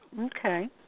Okay